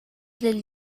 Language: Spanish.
del